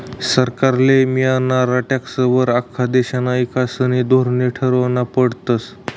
सरकारले मियनारा टॅक्सं वर आख्खा देशना ईकासना धोरने ठरावना पडतस